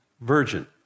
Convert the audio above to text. virgin